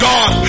God